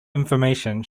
information